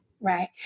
right